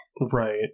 Right